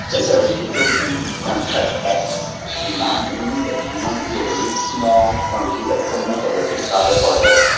then there is also the contract at demand. meaning that if you want to do a very small quantity, like most of your kick starter projects,